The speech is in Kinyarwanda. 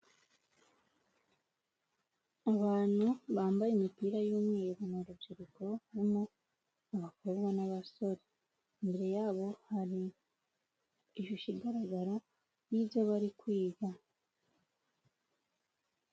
Abantu bambaye imipira y'umweru, ni urubyiruko harimo abakobwa n'abasore, imbere yabo hari ishusho igaragara y'ibyo bari kwiga.